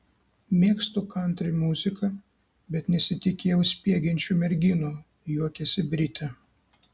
mėgstu kantri muziką bet nesitikėjau spiegiančių merginų juokiasi britė